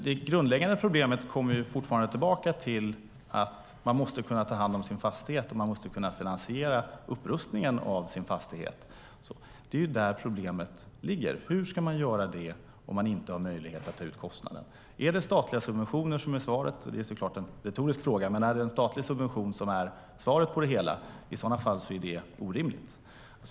Herr talman! Vi kommer tillbaka till det grundläggande problemet, nämligen att man måste kunna ta hand om sin fastighet och att man måste kunna finansiera upprustningen av sin fastighet. Det är där problemet ligger. Hur ska man göra det om man inte har möjlighet att ta ut kostnaden? Är det statliga subventioner som är svaret på detta? Det är en retorisk fråga. I så fall är det orimligt.